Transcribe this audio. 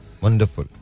wonderful